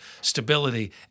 stability